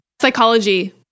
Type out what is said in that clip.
Psychology